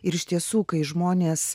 ir iš tiesų kai žmonės